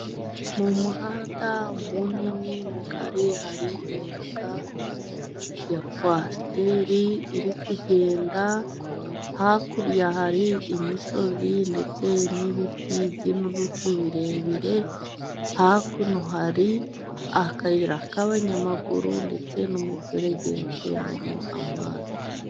Mu muhanda munini mugari, hari imodoka ya kwasiteri iri kugenda, hakurya hari imisozi ndetse n'ibiti by'inturusu birebire, hakuno hari akayira k'abanyamaguru, ndetse n'umuferege utembamo amazi.